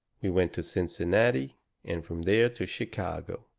we went to cincinnati and from there to chicago.